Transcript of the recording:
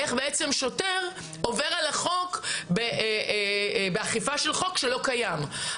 איך שוטר עובר על החוק באכיפה של חוק שלא קיים?